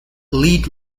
lead